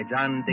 John